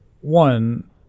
one